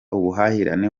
ubuhahirane